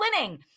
winning